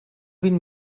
vint